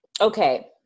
Okay